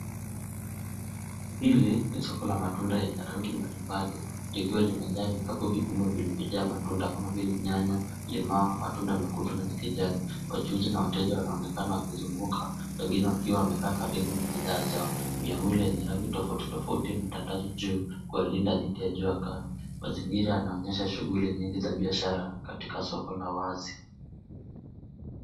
Hili ni soko la matunda lenye rangi mbali mbali, likiwa limejaa vikapu vikubwa vilivyojaa matunda kama vile nyanya, limau, matunda mekundu na ya kijani. Wachuuzi na wateja wanaonekana wakizunguka wengine wakiwa karibu na bidhaa zao. Miavuli yenye rangi tofauti tofauti imetandazwa juu kuwalinda dhithi ya jua kali. Mazingira yanaonyesha shughuli nyingi za biashara, katika soko la wazi.